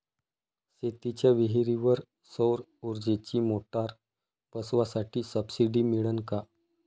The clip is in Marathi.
शेतीच्या विहीरीवर सौर ऊर्जेची मोटार बसवासाठी सबसीडी मिळन का?